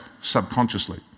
subconsciously